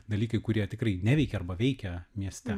dalykai kurie tikrai neveikia arba veikia mieste